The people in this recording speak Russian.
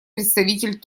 представитель